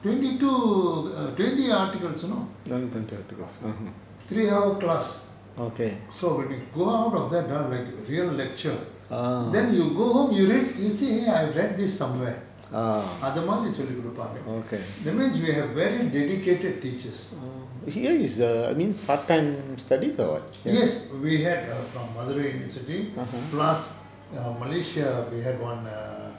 twenty two err twenty articles you know three hour class so when we go out of that ah like real lecture then you go home you read then you think I read this somewhere அத மாரி சொல்லி கொடுப்பாங்க:atha maari solli koduppaanga that means we have very dedicated teachers yes err we had from madurai university plus err malaysia we had one err